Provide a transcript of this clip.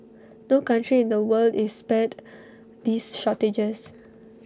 no country in the world is spared these shortages